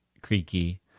creaky